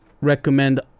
recommend